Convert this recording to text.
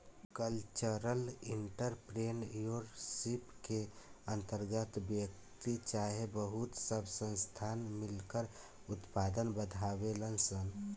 cultural entrepreneurship के अंतर्गत व्यक्ति चाहे बहुत सब संस्थान मिलकर उत्पाद बढ़ावेलन सन